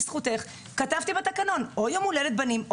בזכותך כתבתי בתקנון: או יום הולדת בנים.